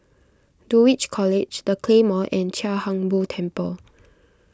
Dulwich College the Claymore and Chia Hung Boo Temple